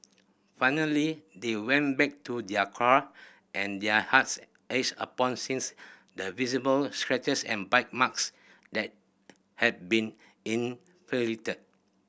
finally they went back to their car and their hearts ached upon sings the visible scratches and bite marks that had been inflicted